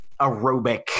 aerobic